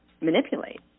manipulate